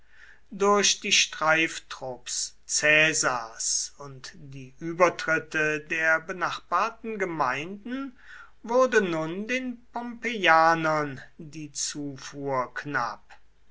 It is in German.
durch die streiftrupps caesars und die übertritte der benachbarten gemeinden wurde nun den pompeianern die zufuhr knapp